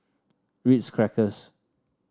Ritz Crackers